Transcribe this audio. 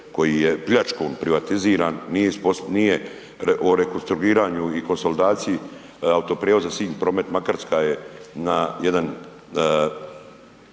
koji je pljačkom privatiziran, nije o rekonstruiranju i konsolidaciji Autoprijevoza Sinj, Promet Makarska je na jedan